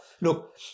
look